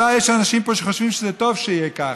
אולי יש פה אנשים שחושבים שזה טוב שיהיה כך,